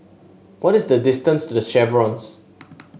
what is the distance to The Chevrons